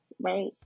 right